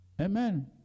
Amen